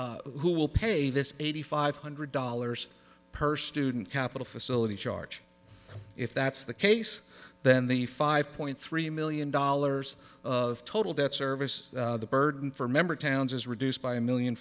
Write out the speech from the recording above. e who will pay this eighty five hundred dollars per student capital facility charge if that's the case then the five point three million dollars of total debt service the burden for member towns is reduced by a million